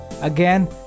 Again